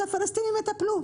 שהפלסטינים יטפלו.